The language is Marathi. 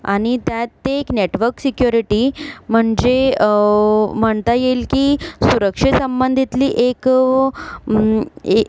आणि त्यात ते एक नेटवर्क सिक्युरिटी म्हणजे म्हणता येईल की सुरक्षेसंबंधीतली एक ए